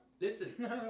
Listen